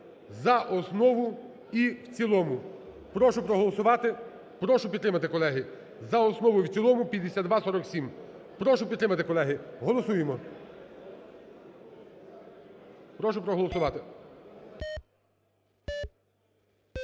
за основу і в цілому. Прошу проголосувати, прошу підтримати, колеги, за основу і в цілому 5247. Прошу підтримати, колеги, голосуємо, прошу проголосувати. 16:26:06